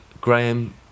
Graham